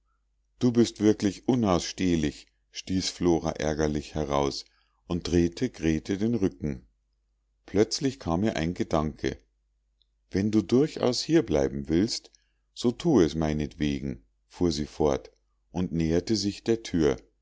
du bist wirklich unausstehlich stieß flora ärgerlich heraus und drehte grete den rücken plötzlich kam ihr ein gedanke wenn du durchaus hier bleiben willst so thue es meinetwegen fuhr sie fort und näherte sich der thür